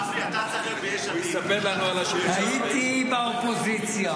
הייתי באופוזיציה.